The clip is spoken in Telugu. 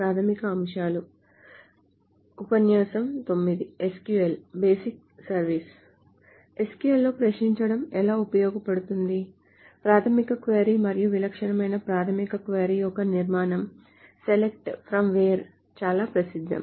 ప్రాథమిక క్వరీ మరియు విలక్షణమైన ప్రాథమిక క్వరీ యొక్క నిర్మాణం SELECT FROM WHERE చాలా ప్రసిద్ధం